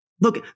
look